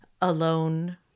alone